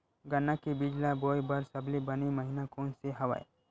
गन्ना के बीज ल बोय बर सबले बने महिना कोन से हवय?